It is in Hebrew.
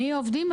מהעובדים,